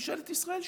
וממשלת ישראל שותקת,